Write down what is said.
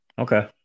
Okay